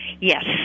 Yes